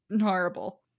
horrible